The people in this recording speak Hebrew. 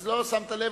אז לא שמת לב,